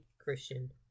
Christian